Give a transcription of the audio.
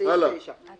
סעיף 8 נתקבל.